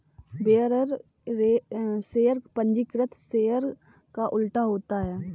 bearer share पंजीकृत share का उल्टा होता है